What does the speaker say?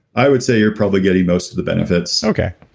i would say you're probably getting most of the benefits. okay.